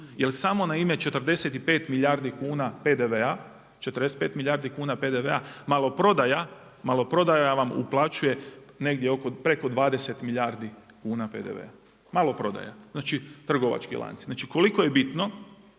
jel samo na ime 45 milijardi kuna PDV-a maloprodaja vam uplaćuje negdje preko 20 milijardi kuna PDV-a malo prodaja trgovački lanci. Znači koliko je bitno